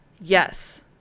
Yes